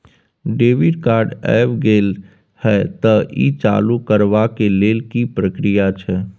Debit card ऐब गेल हैं त ई चालू करबा के लेल की प्रक्रिया छै?